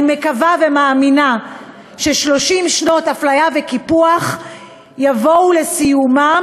אני מקווה ומאמינה ש-30 שנות אפליה וקיפוח יבואו לסיומן.